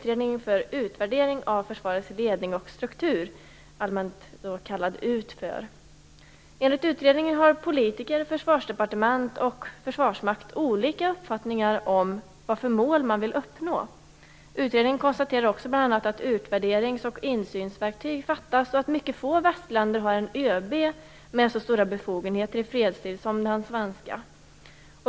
Enligt utredningen har politiker, Försvarsdepartementet och Försvarsmakten olika uppfattningar om vilka mål man vill uppnå. Utredningen konstaterar också bl.a. att utvärderings och insynsverktyg fattas och att mycket få västländer har en ÖB med så stora befogenheter i fredstid som den svenska.